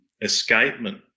escapement